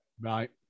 right